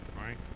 Right